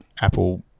Apple